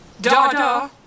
Dada